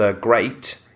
great